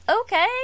okay